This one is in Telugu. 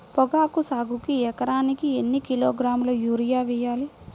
పొగాకు సాగుకు ఎకరానికి ఎన్ని కిలోగ్రాముల యూరియా వేయాలి?